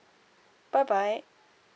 bye bye